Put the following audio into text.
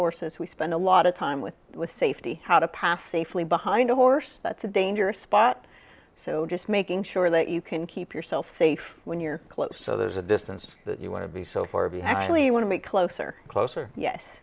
horses we spend a lot of time with with safety how to pass safely behind a horse that's a dangerous spot so just making sure that you can keep yourself safe when you're close so there's a distance that you want to be so for b you actually want to be closer closer yes